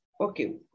okay